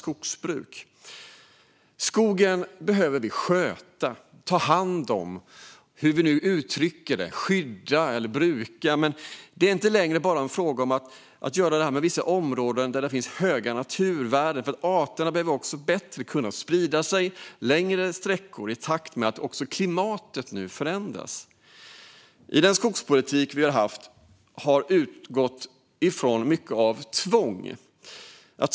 Skogen behöver vi sköta, ta hand om, skydda, bruka eller hur vi nu uttrycker det. Det är inte längre bara fråga om att skydda områden där det finns höga naturvärden. Arterna behöver också bättre kunna sprida sig längre sträckor i takt med att klimatet förändras. Den skogspolitik vi haft har utgått från tvång.